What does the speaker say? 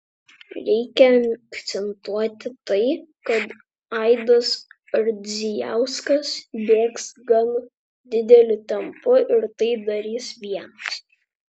reikia akcentuoti tai kad aidas ardzijauskas bėgs gan dideliu tempu ir tai darys vienas